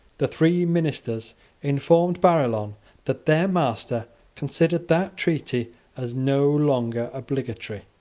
the three ministers informed barillon that their master considered that treaty as no longer obligatory.